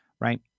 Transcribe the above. right